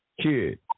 kid